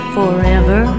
forever